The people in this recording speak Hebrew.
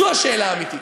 זו השאלה האמיתית.